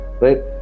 right